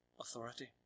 authority